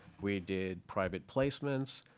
we did private placements.